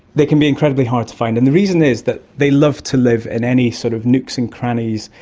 they can be incredibly hard to find, and the reason is that they love to live in any sort of nooks and crannies,